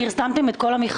אז פרסמתם את כל המכרזים?